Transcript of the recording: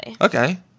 Okay